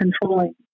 controlling